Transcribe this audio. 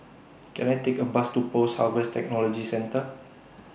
Can I Take A Bus to Post Harvest Technology Centre